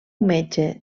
metge